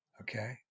Okay